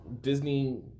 Disney